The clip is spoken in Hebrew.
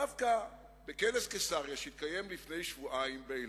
דווקא בכנס קיסריה, שהתקיים לפני שבועיים באילת,